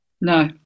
No